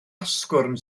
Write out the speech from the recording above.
asgwrn